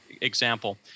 example